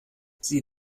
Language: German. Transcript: sie